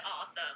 awesome